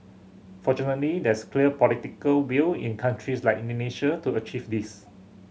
fortunately there's clear political will in countries like Indonesia to achieve this